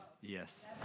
Yes